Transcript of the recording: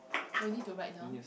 oh need to write down